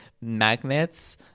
magnets